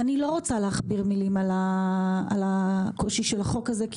אני לא רוצה להכביר מילים על הקושי של החוק הזה כי